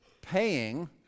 paying